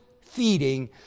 feeding